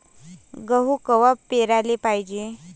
गहू कवा पेराले पायजे?